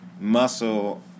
muscle